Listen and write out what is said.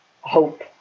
hope